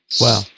Wow